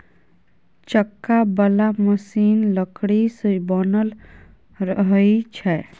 चक्का बला मशीन लकड़ी सँ बनल रहइ छै